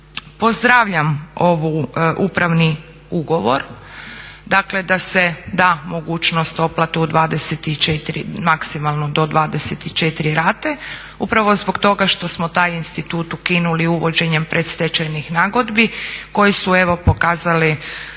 Pozdravljam ovu upravni ugovor, dakle da se da mogućnost otplate u 24, maksimalno do 24 rate upravo zbog toga što smo taj institut ukinuli uvođenjem predstečajnih nagodbi koje su evo pokazali